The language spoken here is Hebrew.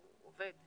והוא עובד.